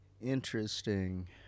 Interesting